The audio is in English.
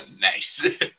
Nice